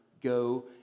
go